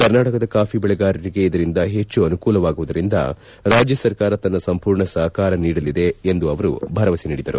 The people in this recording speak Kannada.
ಕರ್ನಾಟಕದ ಕಾಫಿ ಬೆಳೆಗಾರರಿಗೆ ಇದರಿಂದ ಹೆಚ್ಚು ಅನುಕೂಲವಾಗುವುದರಿಂದ ರಾಜ್ಯ ಸರ್ಕಾರ ತನ್ನ ಸಂಮೂರ್ಣ ಸಹಕಾರ ನೀಡಲಿದೆ ಎಂದು ಅವರು ಭರವಸೆ ನೀಡಿದರು